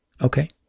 okay